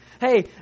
hey